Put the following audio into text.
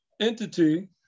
entity